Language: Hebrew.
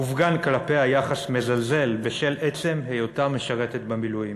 הופגן כלפיה יחס מזלזל בשל עצם היותה משרתת במילואים.